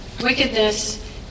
wickedness